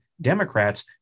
Democrats